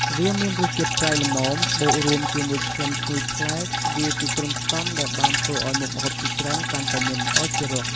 វាមានរសជាតិប្រៃល្មម បូករួមជាមួយក្លិនឈ្ងុយប្លែក វាជាគ្រឿងផ្សំដែលបានធ្វើឱ្យមុខម្ហូបជាច្រើនកាន់តែមានឱជារស។